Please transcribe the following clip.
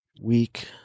Week